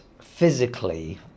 physically